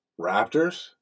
Raptors